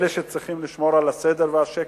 אלא שצריכים לשמור על הסדר והשקט,